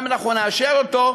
שגם אם אנחנו נאשר אותו,